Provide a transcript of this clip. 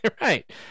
Right